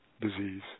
disease